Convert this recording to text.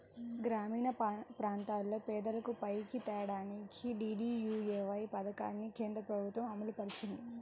గ్రామీణప్రాంతాల్లో పేదలను పైకి తేడానికి డీడీయూఏవై పథకాన్ని కేంద్రప్రభుత్వం అమలుపరిచింది